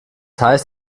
heißt